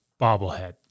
bobblehead